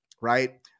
right